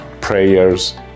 prayers